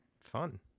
Fun